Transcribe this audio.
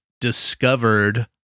discovered